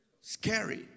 Scary